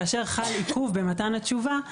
כאשר חל עיכוב במתן התשובה,